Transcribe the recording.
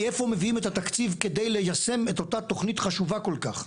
מאיפה מביאים את התקציב כדי ליישם את אותה תוכנית חשובה כל כך?